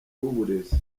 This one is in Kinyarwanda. w’uburezi